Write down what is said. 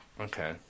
Okay